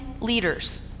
leaders